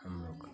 हम लोग